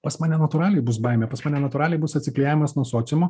pas mane natūraliai bus baimė pas mane natūraliai bus atsiklijavimas nuo sociumo